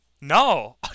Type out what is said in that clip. No